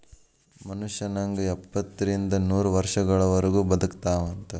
ಮನುಷ್ಯ ನಂಗ ಎಪ್ಪತ್ತರಿಂದ ನೂರ ವರ್ಷಗಳವರಗು ಬದಕತಾವಂತ